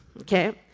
okay